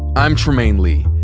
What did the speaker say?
i'm trymaine lee,